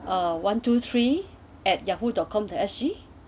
uh one two three at yahoo dot com dot S_G